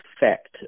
effect